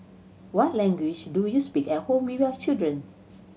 what language do you speak at home with your children